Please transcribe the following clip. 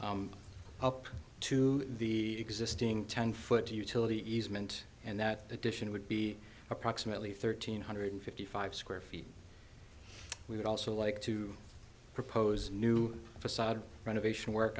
up to the existing ten foot utility easement and that addition would be approximately thirteen hundred fifty five square feet we would also like to propose new facade renovation work